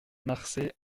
marsay